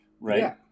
right